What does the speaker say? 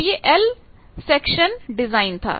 अब यह L traction design था